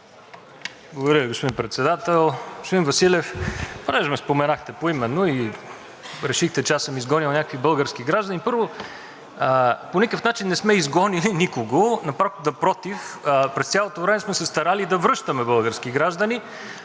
Благодаря Ви, господин Председател. Господин Василев, понеже ме споменахте поименно и решихте, че аз съм изгонил някакви български граждани. Първо, по никакъв начин не сме изгонили никого, напротив, през цялото време сме се старали да връщаме български граждани